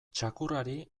txakurrari